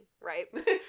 right